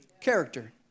Character